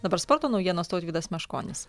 dabar sporto naujienos tautvydas meškonis